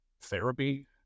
therapy